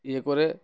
ইয়ে করে